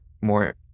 more